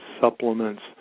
supplements